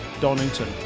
Donington